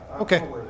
okay